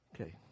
Okay